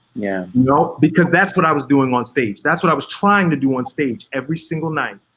yeah you know because that's what i was doing on stage. that's what i was trying to do on stage every single night.